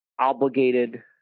obligated